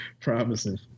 promising